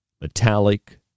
Metallic